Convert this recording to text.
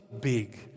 big